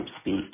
speech